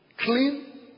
Clean